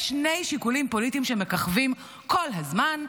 יש שני שיקולים פוליטיים שמככבים כל הזמן: